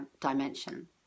dimension